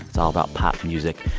it's all about pop music.